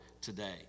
today